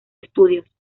estudios